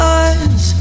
eyes